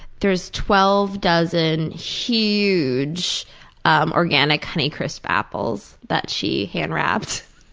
there is twelve dozen huge um organic honey crisp apples that she hand-wrapped.